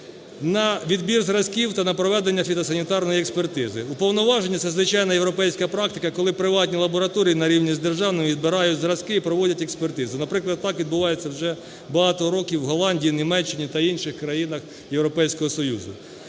на відбір зразків та на проведення фітосанітарної експертизи. Уповноваження – це звичайна європейська практика, коли приватні лабораторії на рівні з державною відбирають зразки і проводять експертизу. Наприклад, так відбувається вже багато років в Голландії, Німеччині та інших країнах Європейського Союзу.